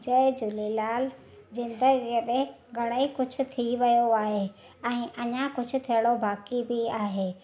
जय झूलेलाल ज़िंदगीअ में घणेई कुझु थी रहियो आहे ऐं अञा कुझु थियणो बाक़ी बि आहे